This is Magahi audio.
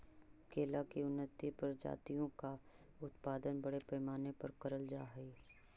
केला की उन्नत प्रजातियों का उत्पादन बड़े पैमाने पर करल जा हई